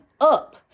up